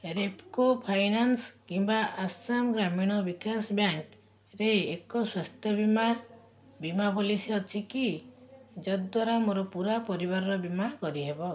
Repco finance କିମ୍ବା ଆସାମ ଗ୍ରାମୀଣ ବିକାଶ ବ୍ୟାଙ୍କ୍ରେ ଏକ ସ୍ଵାସ୍ଥ୍ୟ ବୀମା ବୀମା ପଲିସି ଅଛି କି ଯଦ୍ଵାରା ମୋର ପୁରା ପରିବାରର ବୀମା କରିହେବ